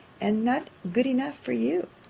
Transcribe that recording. and not good enough for you.